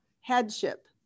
headship